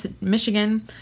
Michigan